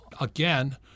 again